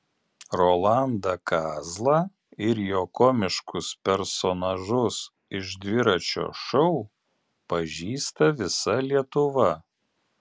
rolandą kazlą ir jo komiškus personažus iš dviračio šou pažįsta visa lietuva